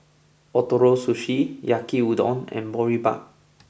Ootoro Sushi Yaki udon and Boribap